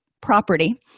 property